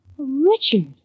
Richard